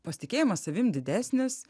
pasitikėjimas savim didesnis